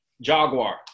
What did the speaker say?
Jaguar